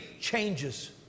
changes